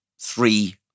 three